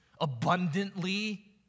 abundantly